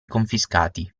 confiscati